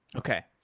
okay.